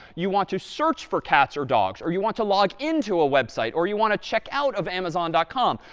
you want to search for cats or dogs, or you want to log into a website, or you want to check out of amazon com,